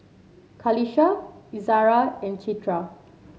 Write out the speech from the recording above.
Qalisha Izzara and Citra